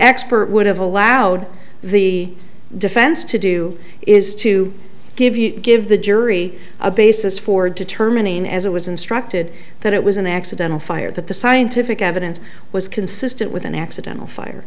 expert would have allowed the defense to do is to give you give the jury a basis for determining as it was instructed that it was an accidental fire that the scientific evidence was consistent with an accidental fire